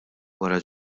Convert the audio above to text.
wara